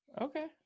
Okay